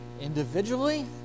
individually